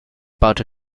baute